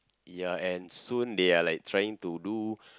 ya and soon they are like trying to do